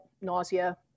nausea